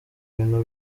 bintu